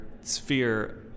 sphere